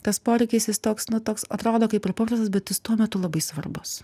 tas poreikiais jis toks na toks atrodo kaip ir paprastas bet jis tuo metu labai svarbus